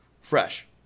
fresh